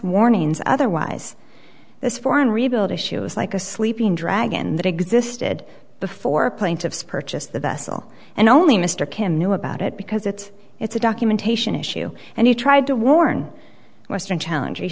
warnings otherwise this foreign rebuild issue is like a sleeping dragon that existed before plaintiffs purchased the vessel and only mr kim knew about it because it it's a documentation issue and he tried to warn western challenge